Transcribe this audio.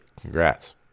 congrats